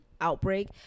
outbreak